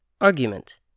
Argument